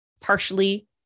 partially